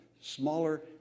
smaller